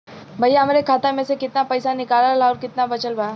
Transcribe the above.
भईया हमरे खाता मे से कितना पइसा निकालल ह अउर कितना बचल बा?